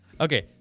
Okay